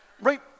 Right